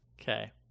Okay